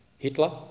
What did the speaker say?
Hitler